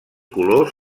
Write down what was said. colors